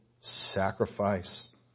sacrifice